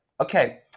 okay